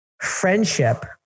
Friendship